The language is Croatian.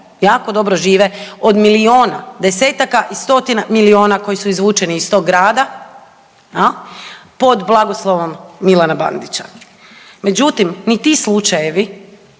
jako dobro žive od milijuna, desetaka i stotina milijuna koji su izvučeni iz tog grada jel, pod blagoslovom Milana Bandića. Međutim, ni ti slučajevi